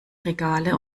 regale